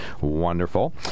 wonderful